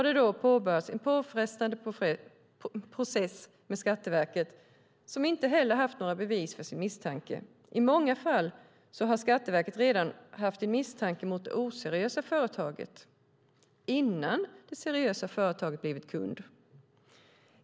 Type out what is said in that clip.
Det har påbörjats en påfrestande process med Skatteverket som inte haft några bevis för sin misstanke. I många fall har Skatteverket haft en misstanke mot det oseriösa företaget redan innan det seriösa företaget blivit kund.